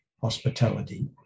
hospitality